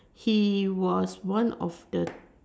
he was one of the